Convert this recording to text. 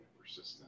persistent